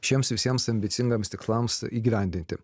šiems visiems ambicingiems tikslams įgyvendinti